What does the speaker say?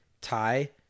tie